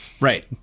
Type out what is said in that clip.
Right